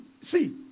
See